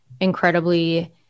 incredibly